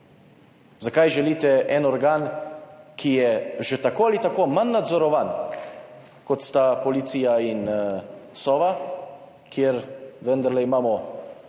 Zakaj želite en organ, ki je že tako ali tako manj nadzorovan, kot sta policija in Sova, kjer imamo